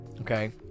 Okay